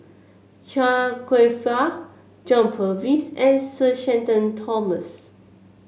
Chia Kwek Fah John Purvis and Sir Shenton Thomas